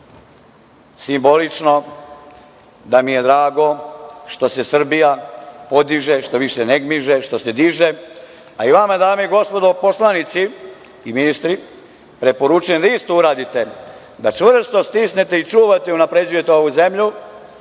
simbolično da mi je drago što se Srbija podiže, štoviše ne gmiže, što se diže. Vama, dame i gospodo poslanici i ministre, preporučujem da isto uradite, da čvrsto stisnete i čuvate i unapređujete ovu zemlju,